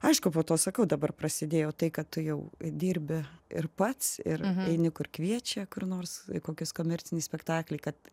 aišku po to sakau dabar prasidėjo tai kad tu jau dirbi ir pats ir eini kur kviečia kur nors kokius komercinį spektaklį kad